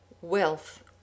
wealth